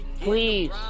please